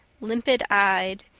limpid eyed,